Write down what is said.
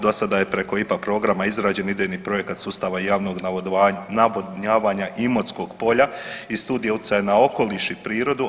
Do sada je preko IPA programa izrađen idejni projekat sustava javnog navodnjavanja Imotskog polja i studija utjecaja na okoliš i prirodu.